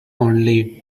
only